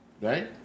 Right